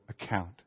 account